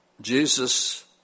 Jesus